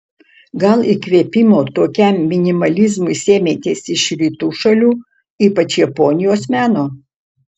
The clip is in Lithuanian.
gal įkvėpimo tokiam minimalizmui sėmėtės iš rytų šalių ypač japonijos meno